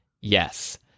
yes